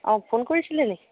অঁ ফোন কৰিছিলেনি